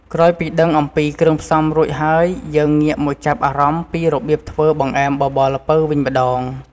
ក្រោយពីដឺងអំពីគ្រឿងផ្សំរួចហើយ យើងងាកមកចាប់អារម្មណ៍ពីរបៀបធ្វើបង្អែមបបរល្ពៅវិញម្តង។